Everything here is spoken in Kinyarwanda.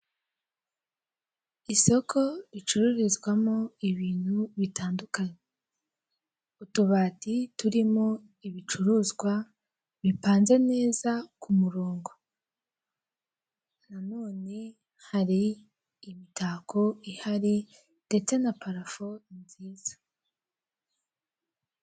Isoko ricururizwamo ibintu bitandukanye, utubati turimo ibicuruzwa bipanze neza ku murongo, na none hari imitako ihari ndetse na parafo nziza.